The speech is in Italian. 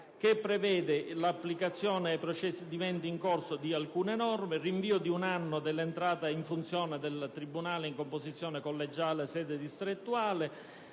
che prevede l'applicazione ai procedimenti in corso di alcune norme, il rinvio di un anno dell'entrata in funzione del tribunale del capoluogo di distretto